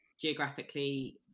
geographically